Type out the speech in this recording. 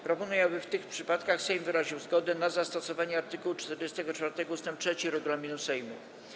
Proponuję, aby w tych przypadkach Sejm wyraził zgodę na zastosowanie art. 44 ust. 3 regulaminu Sejmu.